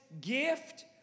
gift